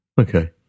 Okay